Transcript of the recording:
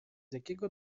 jakiego